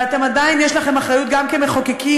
ועדיין יש לכם אחריות גם כמחוקקים,